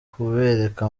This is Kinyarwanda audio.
kubereka